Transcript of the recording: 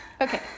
Okay